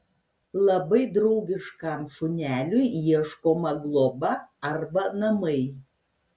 labai draugiškam šuneliui ieškoma globa arba namai